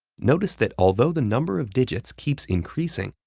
notice that although the number of digits keeps increasing,